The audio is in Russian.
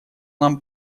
нам